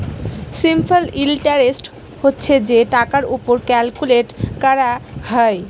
simple interest হছে যে টাকার উপর ক্যালকুলেট ক্যরা হ্যয়